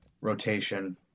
rotation